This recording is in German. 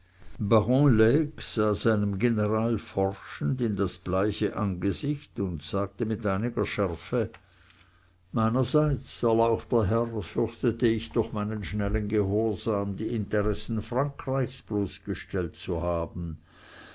general forschend in das bleiche angesicht und sagte mit einiger schärfe meinerseits erlauchter herr fürchtete ich durch meinen schnellen gehorsam die interessen frankreichs bloßgestellt zu haben